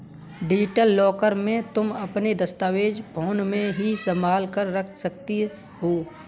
digital locker में तुम अपने दस्तावेज फोन में ही संभाल कर रख सकती हो